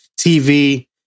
TV